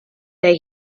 that